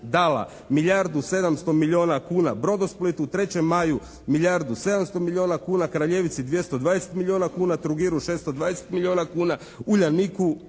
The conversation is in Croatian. dala milijardu i 700 milijuna kuna “Brodosplitu“, “3. maju“ milijardu i 700 milijuna kuna, “Kraljevici“ 220 milijuna kuna, “Trogiru“ 620 milijuna kuna, “Uljaniku“